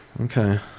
okay